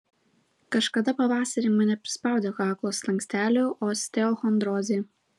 kažkada pavasarį mane prispaudė kaklo slankstelių osteochondrozė